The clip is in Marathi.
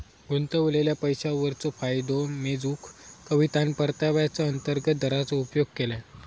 गुंतवलेल्या पैशावरचो फायदो मेजूक कवितान परताव्याचा अंतर्गत दराचो उपयोग केल्यान